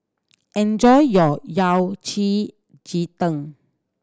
enjoy your Yao Cai ji tang